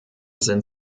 sind